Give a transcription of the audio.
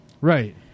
Right